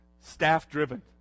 staff-driven